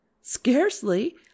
scarcely